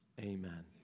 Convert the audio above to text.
amen